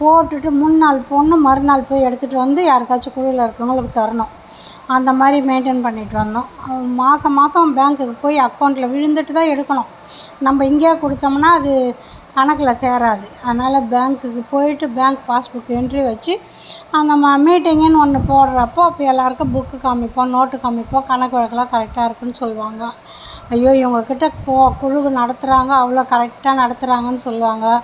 போட்டுட்டு முன் நாள் போடணும் மறுநாள் போய் எடுத்துட்டு வந்து யாருக்காச்சும் குழுவில் இருக்கறவுங்களுக்கு தரணும் அந்த மாதிரி மெயின்ட்டெயின் பண்ணிட்டு வந்தோம் மாசம் மாசம் பேங்க்குக்கு போய் அக்கவுண்ட்டில் விழுந்துட்டுதான் எடுக்கணும் நம்ம இங்கேயே கொடுத்தோம்னா அது கணக்கில் சேராது அதனால் பேங்க்குக்கு போய்விட்டு பேங்க் பாஸ்புக் என்ட்ரி வெச்சு அங்கே மீட்டிங்குன்னு ஒன்று போடுறப்ப அப்போது எல்லோருக்கும் புக்கு காம்மிப்போம் நோட்டு காம்மிப்போம் கணக்கு வழக்குலாம் கரெக்டாக இருக்குதுன்னு சொல்வாங்க ஐயோ இவங்ககிட்ட குழு நடத்துகிறாங்க அவ்வளோ கரெக்டாக நடத்துகிறாங்கன்னு சொல்வாங்க